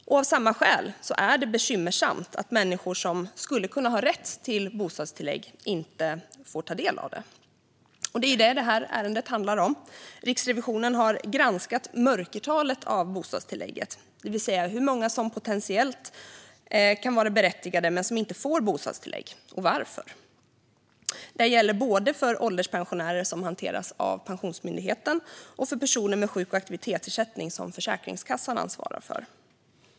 Av samma skäl är det bekymmersamt att människor som skulle kunna ha rätt till bostadstillägg inte får ta del av det. Det är det här som detta ärende handlar om. Riksrevisionen har granskat mörkertalet i bostadstillägget, det vill säga hur många som potentiellt kan vara berättigade men som inte får bostadstillägg och varför de inte får det. Det gäller både för ålderspensionärer, som hanteras av Pensionsmyndigheten, och för personer med sjuk och aktivitetsersättning, som Försäkringskassan ansvarar för.